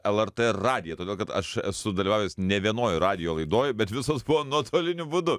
lrt radiją todėl kad aš esu dalyvavęs ne vienoj radijo laidoj bet visos buvo nuotoliniu būdu